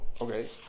okay